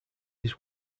his